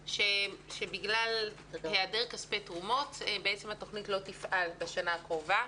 שבגלל היעדר כספי תרומות התוכנית לא תפעל בשנה הקרובה.